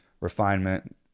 refinement